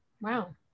Wow